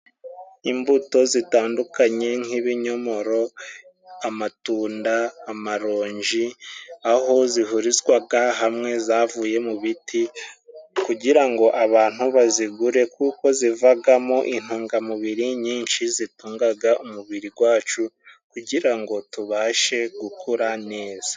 Imbuto zitandukanye nk'ibinyomoro, amatunda, amaronji, aho zihurizwaga hamwe zavuye mu biti, kugirango abantu bazigure kuko zivagamo intungamubiri nyinshi, zitungaga umubiri gwacu kugirango tubashe gukura neza.